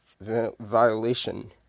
violation